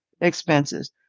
expenses